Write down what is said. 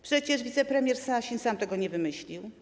Przecież wicepremier Sasin sam tego nie wymyślił.